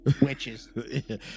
Witches